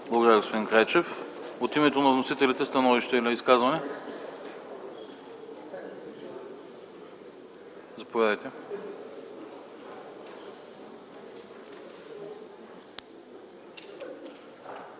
Благодаря, господин Крайчев. От името на вносителите – становище или изказване? Заповядайте,